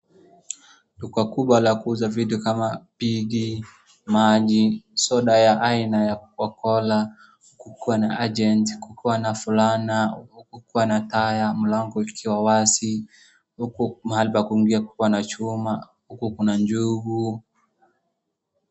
Duka kubwa la kuuza vitu kama bigi, maji, soda yabaina ya coca cola, kukuwa na agent , kukuwa na fulana, kukuwa na taa ya mlango ikiwa wasi huku mahali pa kuingia kukiwa na chuma huku kuna njugu.